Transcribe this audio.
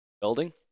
building